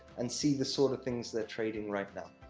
and see the sort of things they're trading right now.